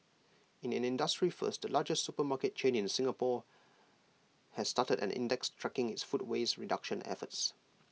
in an industry first the largest supermarket chain in Singapore has started an index tracking its food waste reduction efforts